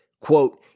quote